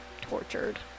tortured